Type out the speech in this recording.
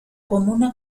comuna